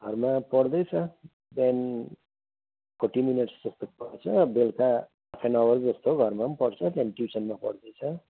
घरमा पढ्दैछ बिहान फोट्टी मिनट्स जस्तो पढ्छ बेलुका खानु अगाडि जस्तो घरमा पनि पढ्दैछ त्यहाँदेखि ट्युसनमा पढ्दैछ